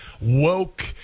woke